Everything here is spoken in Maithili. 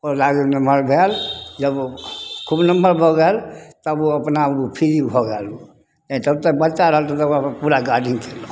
ओ लागल नमहर भेल जब ओ खूब नमहर भऽ गेल तब ओ अपना ओ फ्री भऽ गेल नहि तऽ जब तक बच्चा रहल पूरा गार्डिन्ग कएलहुँ